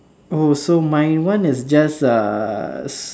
oh so my one is just ah s~